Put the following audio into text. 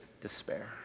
despair